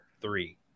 three